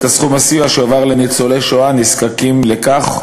סכום הסיוע שיועבר לניצולי שואה הנזקקים לכך,